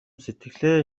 сэтгэлээ